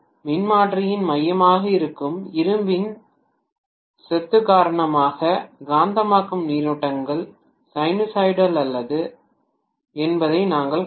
மின்மாற்றியின் மையமாக இருக்கும் இரும்பின் சொத்து காரணமாக காந்தமாக்கும் நீரோட்டங்கள் சைனூசாய்டல் அல்ல என்பதை நாங்கள் கண்டோம்